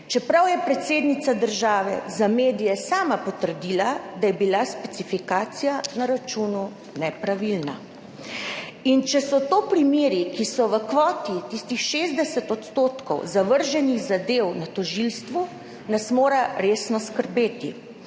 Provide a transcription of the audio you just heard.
čeprav je predsednica države za medije sama potrdila, da je bila specifikacija na računu nepravilna. Če so to primeri, ki so v kvoti tistih 60 % zavrženih zadev na tožilstvu, nas mora resno skrbeti.